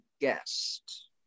guest